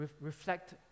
Reflect